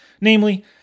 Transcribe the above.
Namely